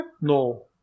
No